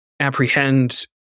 apprehend